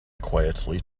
quietly